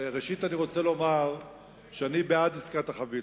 ראשית אני רוצה לומר שאני בעד עסקת החבילה.